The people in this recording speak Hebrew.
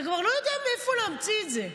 אתה כבר לא יודע מאיפה להמציא את זה,